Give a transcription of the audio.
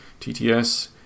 TTS